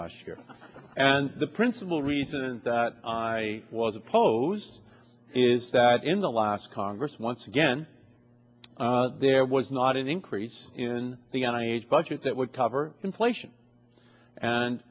year and the principal reason that i was opposed is that in the last congress once again there was not an increase in the on age budget that would cover inflation and